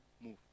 move